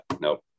nope